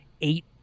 eight